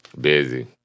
Busy